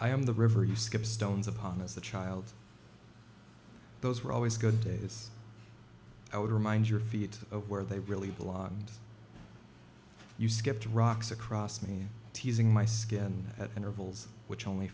i am the river you skip stones upon as a child those were always good days i would remind your feet of where they really blind you skipped rocks across me teasing my skin at intervals which only